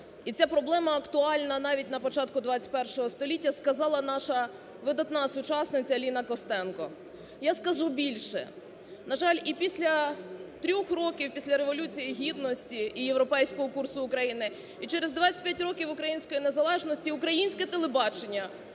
і ця проблема актуальна навіть на початку ХХІ століття, сказала наша видатна сучасниця Ліна Костенко. Я скажу більше. На жаль, і після трьох років після Революції гідності і європейського курсу України, і через 25 років української незалежності українське телебачення,